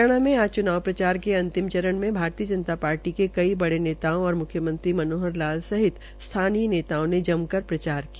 हरियाणा में आज चूनाव प्रचार के अंतिम चरण में भारती जनता पार्टी के कई बड़े नेताओं और म्ख्यमंत्री मनोहर लाल सहित स्थानीय नेताओं ने जमकर प्रचार किया